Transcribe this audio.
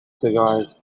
cigars